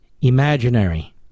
imaginary